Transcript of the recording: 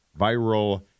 viral